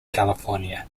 california